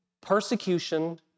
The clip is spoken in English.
persecution